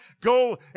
go